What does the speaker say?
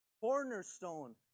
cornerstone